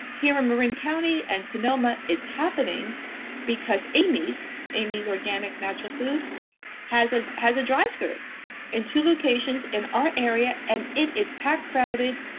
here in marin county and sonoma, it's happening because amy's, amy's organic natural food has ah has a drive thru in two locations in our area and it is packed crowded,